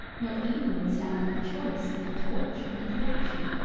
not even notwithstanding the choice and a torch and a collection,